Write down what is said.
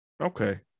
Okay